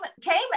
came